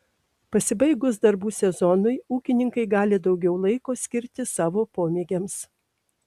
pasibaigus darbų sezonui ūkininkai gali daugiau laiko skirti savo pomėgiams